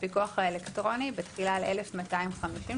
הפיקוח האלקטרוני בתחילה ל-1,250,